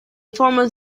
formed